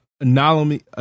anomaly